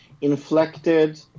inflected